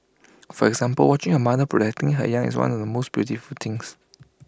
for example watching A mother protecting her young is one of the most beautiful things